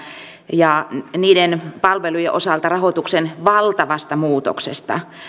ja niiden palvelujen osalta rahoituksen valtavasta muutoksesta